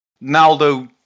Naldo